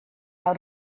how